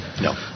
No